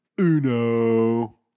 UNO